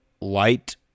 Light